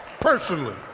Personally